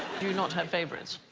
do you not have favorites?